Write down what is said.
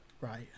Right